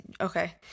Okay